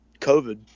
COVID